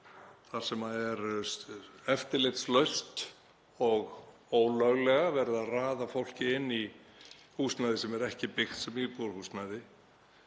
þar sem er eftirlitslaust og ólöglega verið að raða fólki inn í húsnæði sem er ekki byggt sem íbúðarhúsnæði,